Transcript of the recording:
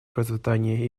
процветания